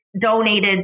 donated